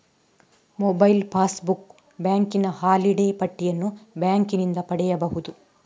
mobile passbook, ಬ್ಯಾಂಕಿನ holiday ಪಟ್ಟಿಯನ್ನು ಬ್ಯಾಂಕಿನಿಂದ ಪಡೆಯಬಹುದು